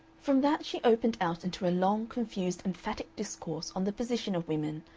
from that she opened out into a long, confused emphatic discourse on the position of women,